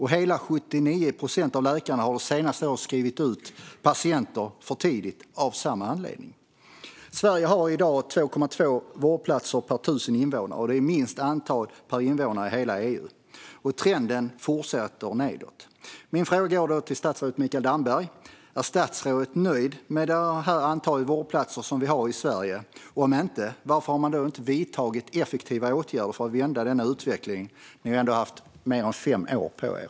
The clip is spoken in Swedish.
Hela 79 procent av läkarna har de senaste åren skrivit ut patienter för tidigt av samma anledning. Sverige har i dag 2,2 vårdplatser per 1 000 invånare, vilket är lägst i hela EU, och trenden fortsätter nedåt. Min fråga går till statsrådet Mikael Damberg. Är statsrådet nöjd med det antal vårdplatser som vi har i Sverige? Om inte, varför har ni då inte vidtagit effektiva åtgärder för att vända utvecklingen? Ni har ändå haft mer än fem år på er.